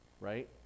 Right